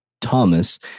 Thomas